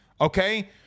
okay